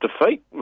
defeat